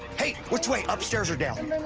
hey! which way? upstairs or down?